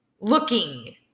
Looking